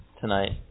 tonight